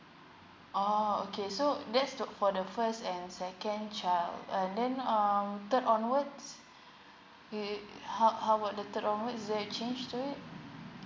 orh okay so that's to for the first and second child uh then um third onwards we how how about the third onwards is there a change to it